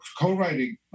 co-writing